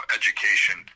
education